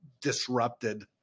disrupted